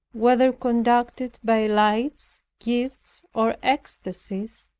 whether conducted by lights, gifts, or ecstasies,